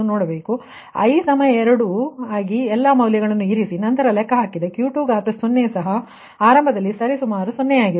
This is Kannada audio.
ಆದ್ದರಿಂದ i 2 ಗಾಗಿ ಮತ್ತು ಎಲ್ಲಾ ಮೌಲ್ಯಗಳನ್ನು ಇರಿಸಿ ನಂತರ ಲೆಕ್ಕಹಾಕಿದ Q2ಸಹ ಆರಂಭದಲ್ಲಿ ಸರಿಸುಮಾರು 0 ಆಗುತ್ತದೆ